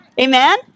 Amen